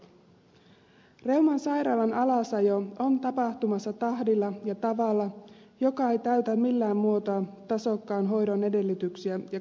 reuman sairaalan alasajo on tapahtumassa tahdilla ja tavalla joka ei täytä millään muotoa tasokkaan hoidon edellytyksiä ja kohtuullisuutta